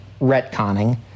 retconning